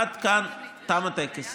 עד כאן, תם הטקס.